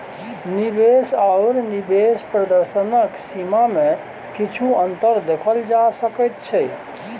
निवेश आओर निवेश प्रदर्शनक सीमामे किछु अन्तर देखल जा सकैत छै